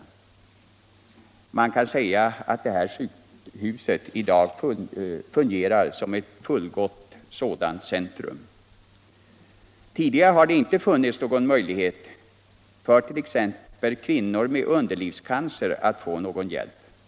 Man kan säga att detta sjukhus i dag fungerar som ett fullgott sådant centrum. Tidigare har det inte funnits någon möjlighet för t.ex. kvinnor med underlivscancer att få någon hjälp.